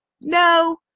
No